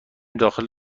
داخل